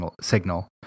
signal